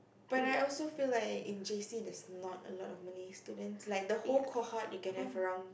but I also feel like in J_C there's not a lot of Malay students like the whole cohort you can have around